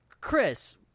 Chris